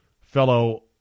fellow